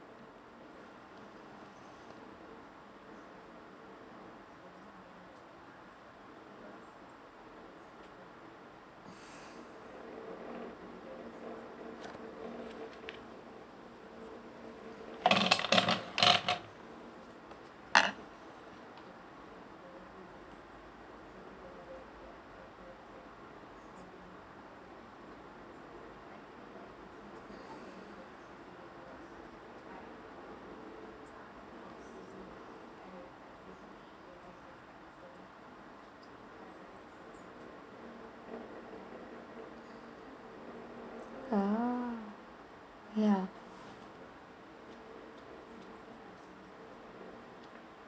ah ya